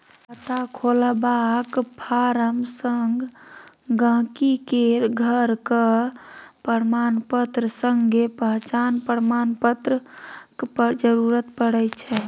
खाता खोलबाक फार्म संग गांहिकी केर घरक प्रमाणपत्र संगे पहचान प्रमाण पत्रक जरुरत परै छै